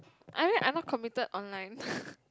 I mean I'm not committed online